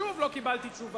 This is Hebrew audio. אני שוב לא קיבלתי תשובה,